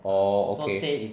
orh okay